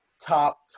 top